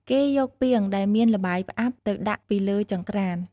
គេយកពាងដែលមានល្បាយផ្អាប់ទៅដាក់ពីលើចង្រ្កាន។